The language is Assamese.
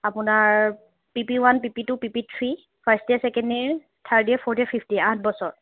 আপোনাৰ PP one PP two PP three first year second year third year fourth year fifth year আঠ বছৰ